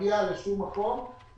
להגיע לשום מקום.